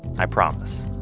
i promise.